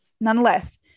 nonetheless